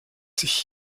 sich